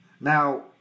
now